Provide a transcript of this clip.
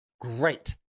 great